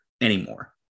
anymore